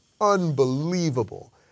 unbelievable